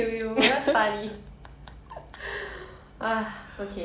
okay okay how about we play this game like on the topic of